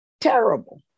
terrible